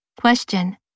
Question